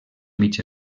mig